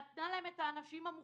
נתנה להם את האנשים המוכשרים.